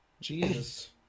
Jesus